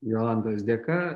jolantos dėka